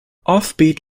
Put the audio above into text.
offbeat